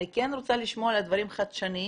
אני כן רוצה לשמוע על דברים חדשניים.